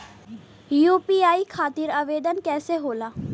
UPI खातिर आवेदन कैसे होला?